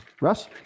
Russ